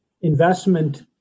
investment